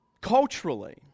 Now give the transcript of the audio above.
culturally